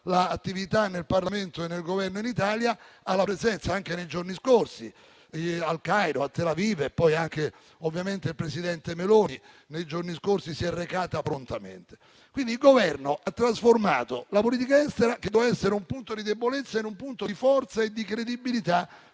l'attività in Parlamento e nel Governo in Italia alla presenza, anche nei giorni scorsi, a Il Cairo e a Tel Aviv. Ovviamente, anche il presidente Meloni nei giorni scorsi vi si è recata prontamente. Il Governo ha trasformato la politica estera, che doveva essere un punto di debolezza, in un punto di forza e di credibilità